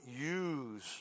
use